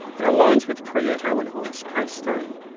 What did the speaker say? and aligns with prieto and hall's case study.